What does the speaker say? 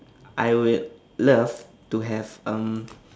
I would love to have um